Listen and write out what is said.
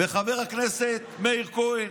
חבר הכנסת מאיר כהן,